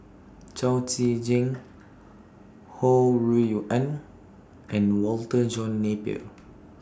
Chao Tzee Cheng Ho Rui An and Walter John Napier